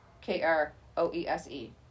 K-R-O-E-S-E